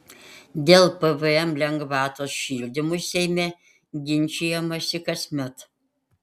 dėl pvm lengvatos šildymui seime ginčijamasi kasmet